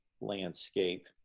landscape